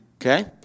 Okay